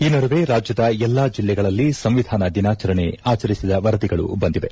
ಈ ನಡುವೆ ರಾಜ್ಯದ ಎಲ್ಲಾ ಜಿಲ್ಲೆಗಳಲ್ಲಿ ಸಂವಿಧಾನ ದಿನಾಚರಣೆ ಆಚರಿಸಿದ ವರದಿಗಳು ಬಂದಿವೆ